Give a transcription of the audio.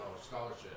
scholarship